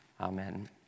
Amen